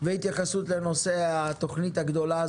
והתייחסות לנושא התוכנית הגדולה,